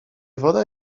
woda